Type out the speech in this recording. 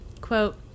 quote